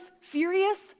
furious